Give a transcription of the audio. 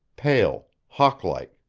pale, hawklike,